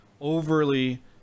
overly